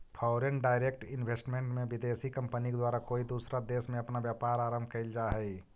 foreign direct investment में विदेशी company के द्वारा कोई दूसरा देश में अपना व्यापार आरंभ कईल जा हई